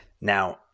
Now